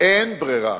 אין ברירה,